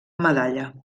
medalla